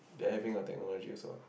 they are having a technology also [what]